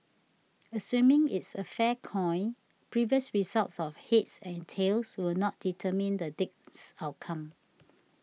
assuming it's a fair coin previous results of heads and tails will not determine the next outcome